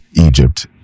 Egypt